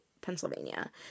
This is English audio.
pennsylvania